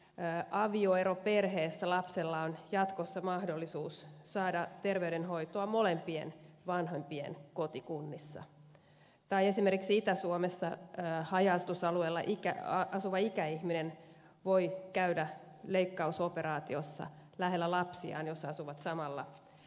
esimerkiksi avioeroperheessä lapsella on jatkossa mahdollisuus saada terveydenhoitoa molempien vanhempien kotikunnissa tai esimerkiksi itä suomessa haja asutusalueella asuva ikäihminen voi käydä leikkausoperaatiossa lähellä lapsiaan jos he asuvat samalla erva alueella